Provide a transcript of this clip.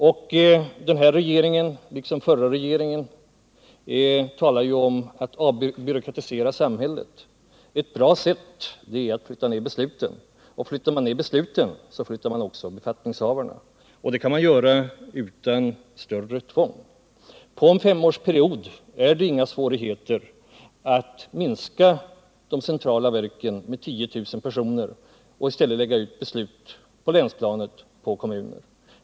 Den nuvarande regeringen talar liksom den föregående gjorde om att avbyråkratisera samhället. Ett bra sätt är att flytta ned besluten och därmed också befattningshavarna — och det kan man göra utan att behöva utöva något större tvång. Det är inte svårt att på en femårsperiod minska antalet anställda vid de centrala verken med 10 000 personer och i stället lägga ut beslut på länsplanet och på kommunerna.